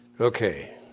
okay